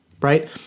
right